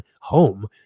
home